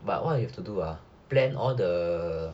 but what you have to do ah plan all the